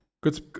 Good